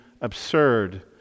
absurd